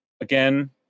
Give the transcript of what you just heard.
Again